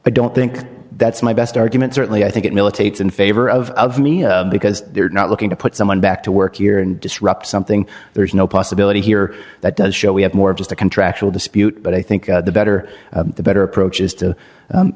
i don't think that's my best argument certainly i think it militates in favor of me because they're not looking to put someone back to work here and disrupt something there's no possibility here that does show we have more of just a contractual dispute but i think the better the better approach is to